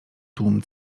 tłum